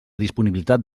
disponibilitat